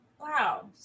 Wow